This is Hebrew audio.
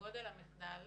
לגודל המחדל